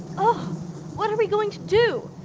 ah what are we going to do?